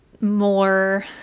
more